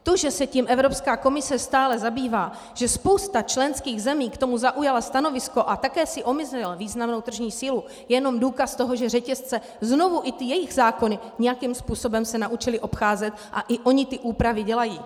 To, že se tím Evropská komise stále zabývá, že spousta členských zemí k tomu zaujala stanovisko a také si omezila významnou tržní sílu, je jen důkaz toho, že řetězce se znovu i ty jejich zákony nějakým způsobem naučily obcházet a i ony ty úpravy dělají.